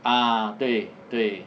ah 对对